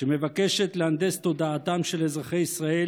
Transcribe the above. שמבקשת להנדס את תודעתם של אזרחי ישראל